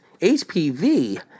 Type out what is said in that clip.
HPV